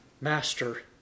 master